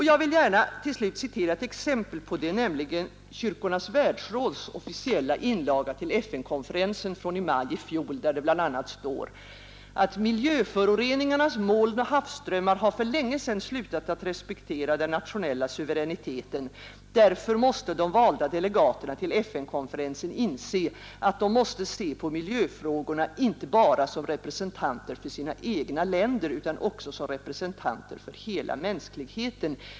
Jag vill gärna till slut citera ett exempel på detta, nämligen Kyrkornas världsråds officiella inlaga till FN-konferensen från i maj i fjol, där det bl.a. står: Miljöföroreningarnas moln och havsströmmar slutade för länge sedan att respektera den nationella suveräniteten. Därför måste de valda delegaterna till FN-konferensen inse att de måste se på miljöfrågorna inte bara som representanter för sina 173 egna länder, utan också som representanter för hela mänskligheten.